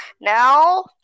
Now